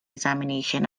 examination